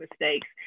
mistakes